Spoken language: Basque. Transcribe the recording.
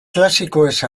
klasikoez